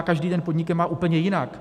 Každý ten podnik je má úplně jinak.